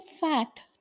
fact